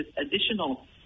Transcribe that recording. additional